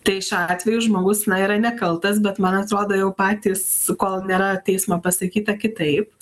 tai šiuo atveju žmogus na yra nekaltas bet man atrodo jau patys kol nėra teismo pasakyta kitaip